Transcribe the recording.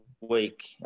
week